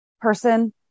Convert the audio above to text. person